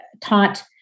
taught